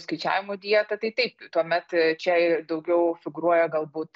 skaičiavimo dietą tai taip tuomet čia daugiau figūruoja galbūt